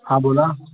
हां बोला